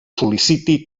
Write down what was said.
sol·liciti